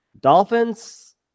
dolphins